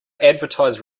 advertise